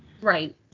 Right